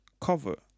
cover